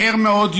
מהר מאוד יותר,